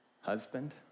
husband